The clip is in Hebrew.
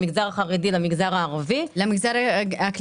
למגזר החרדי ולמגזר הערבי -- כל כמה זמן למגזר הכללי?